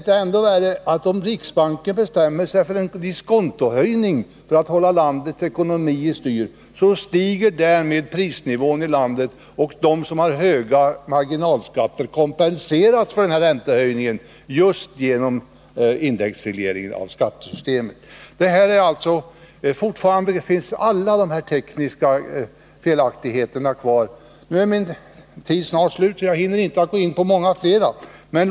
Och, ännu värre: om riksbanken bestämmer sig för en diskontohöjning för att hålla landets ekonomi i styr, så stiger därmed prisnivån i landet, och de som har höga marginalskatter kompenseras för den räntehöjningen just genom indexregleringen av skattesystemet. Fortfarande finns alla de här tekniska felaktigheterna kvar. Nu är min talartid snart slut, och jag hinner inte gå in på många fler exempel.